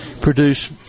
produce